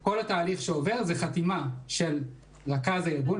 כל התהליך שעובר זה חתימה של רכז הארגון,